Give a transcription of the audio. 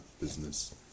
business